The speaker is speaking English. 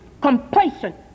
complacent